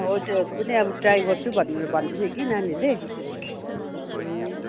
हो त्योहरू पनि अब ट्राई गर्छु भनेर भन्दै थियो कि नानीहरूले ए